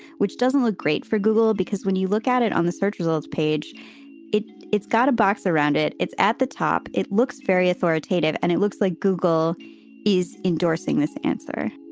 which doesn't look great for google, because when you look at it on the search results page it it's got a box around it. it's at the top. it looks very authoritative and it looks like google is endorsing this answer